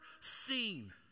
seen